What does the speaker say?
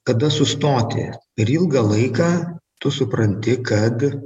kada sustoti per ilgą laiką tu supranti kad